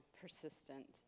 persistent